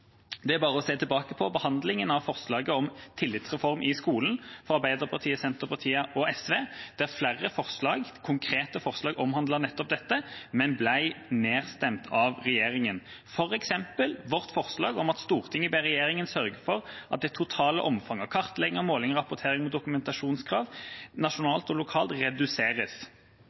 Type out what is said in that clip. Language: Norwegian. Det er bare å se tilbake på behandlingen av forslaget om tillitsreform i skolen fra Arbeiderpartiet, Senterpartiet og SV, der flere konkrete forslag omhandlet nettopp dette, men ble nedstemt av regjeringspartiene, f.eks. forslaget «Stortinget ber regjeringen sørge for at det totale omfanget av kartlegginger, målinger, rapportering og dokumentasjonskrav på nasjonalt og lokalt nivå reduseres.»